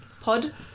Pod